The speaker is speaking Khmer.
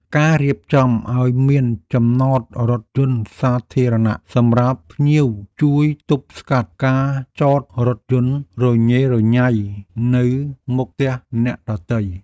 ការរៀបចំឱ្យមានចំណតរថយន្តសាធារណៈសម្រាប់ភ្ញៀវជួយទប់ស្កាត់ការចតរថយន្តរញ៉េរញ៉ៃនៅមុខផ្ទះអ្នកដទៃ។